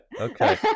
okay